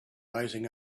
rising